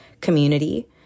community